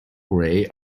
grey